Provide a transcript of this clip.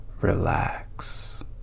relax